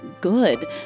good